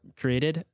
created